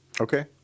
Okay